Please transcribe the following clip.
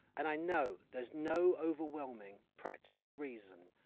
and i know there's no overwhelming practical reason,